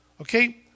okay